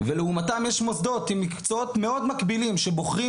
ולעומתם יש מוסדות עם מקצועות מאוד מקבילים שבוחרים